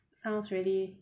sounds really